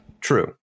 true